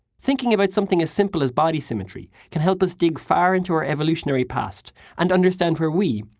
thinking about something as simple as body symmetry can help us dig far into our evolutionary past and understand where we,